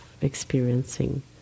experiencing